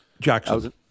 Jackson